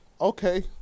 Okay